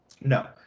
no